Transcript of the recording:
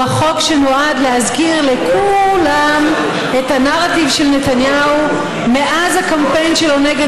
הוא החוק שנועד להזכיר לכו-לם את הנרטיב של נתניהו מאז הקמפיין שלו נגד